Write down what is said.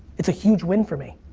it's a huge win for me.